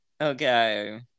Okay